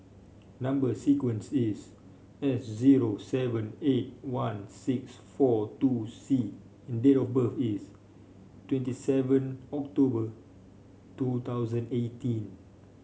number sequence is S zero seven eight one six four two C and date of birth is twenty seven October two thousand eighteen